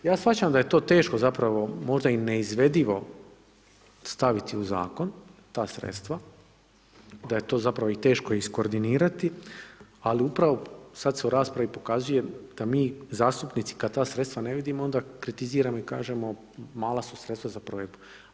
Ja shvaćam da je to teško, zapravo možda i neizvedivo staviti u zakon ta sredstava, da je to zapravo i teško iz koordinirati ali upravo sad se u raspravi pokazuje, da mi zastupnici kad ta sredstva ne vidimo onda kritiziramo i kažemo mala su sredstva za provedbu.